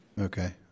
Okay